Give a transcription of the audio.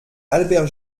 albert